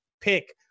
pick